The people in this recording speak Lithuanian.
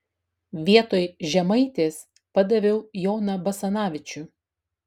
vietoj žemaitės padaviau joną basanavičių